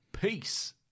peace